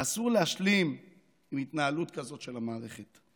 ואסור להשלים עם התנהלות כזאת של המערכת.